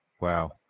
Wow